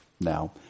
now